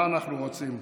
מה אנחנו רוצים?